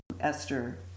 esther